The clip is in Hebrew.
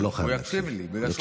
הוא לא חייב להקשיב.